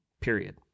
period